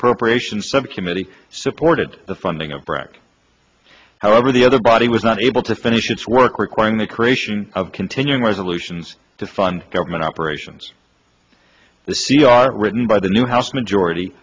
appropriations subcommittee supported the funding of brac however the other body was not able to finish its work requiring the creation of continuing resolutions to fund government operations the c r written by the new house majority